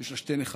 יש לה שתי נכדות,